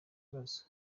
bibazo